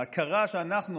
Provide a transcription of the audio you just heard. ההכרה שאנחנו,